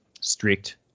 strict